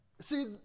see